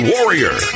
Warrior